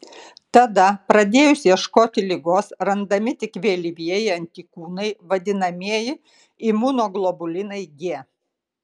tada pradėjus ieškoti ligos randami tik vėlyvieji antikūnai vadinamieji imunoglobulinai g